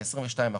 כ-22%,